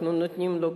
אנחנו נותנים לו,